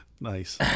Nice